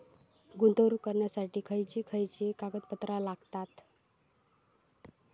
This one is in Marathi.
गुंतवणूक करण्यासाठी खयची खयची कागदपत्रा लागतात?